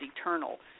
eternal